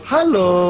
Hello